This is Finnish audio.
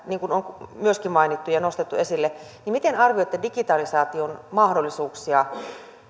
niin kuin myöskin tämä on mainittu ja nostettu esille miten arvioitte digitalisaation mahdollisuuksia